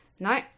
No